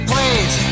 Please